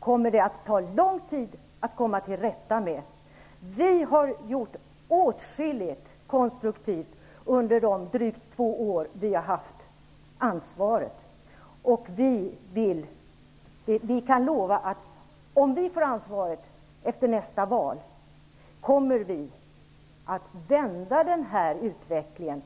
kommer att ta lång tid att komma till rätta med problem som har skapats under 20 års tid. Vi har gjort åtskilligt konstruktivt under de drygt två år som vi har haft ansvaret. Vi kan lova att vi, om vi får ansvaret efter nästa val, kommer att vända utvecklingen.